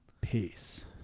peace